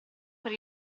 per